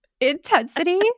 intensity